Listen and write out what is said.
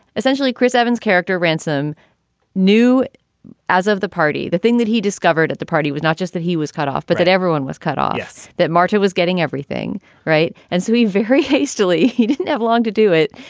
essentially chris evans character, ransome knew as of the party, the thing that he discovered at the party was not just that he was cut off, but that everyone was cut off, that marta was getting everything right. and so we very hastily. he didn't have long to do it.